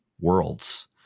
worlds